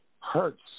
hurts